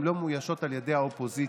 הן לא מאוישות על ידי האופוזיציה.